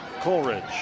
Coleridge